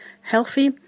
healthy